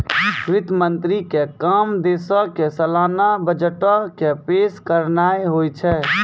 वित्त मंत्री के काम देशो के सलाना बजटो के पेश करनाय होय छै